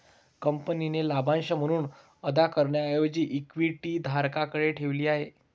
कंपनीने लाभांश म्हणून अदा करण्याऐवजी इक्विटी धारकांकडे ठेवली आहे